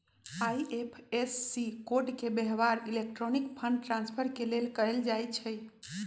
IFSC code के व्यव्हार electronic fund transfer के लेल कएल जाइ छइ